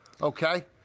Okay